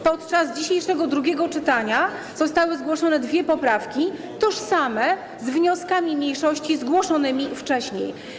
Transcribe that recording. Podczas dzisiejszego drugiego czytania zostały zgłoszone dwie poprawki tożsame z wnioskami mniejszości zgłoszonymi wcześniej.